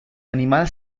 animal